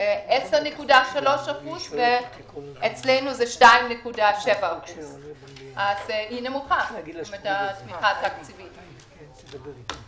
הממוצע הוא 10.3% ואצלנו זה 2.7%. התמיכה התקציבית אצלנו נמוכה.